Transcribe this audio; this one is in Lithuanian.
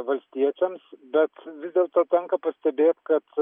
valstiečiams bet vis dėlto tenka pastebėt kad